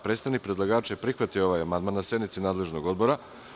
Predstavnik predlagača je prihvatio ovaj amandman na sednici nadležnog odbora.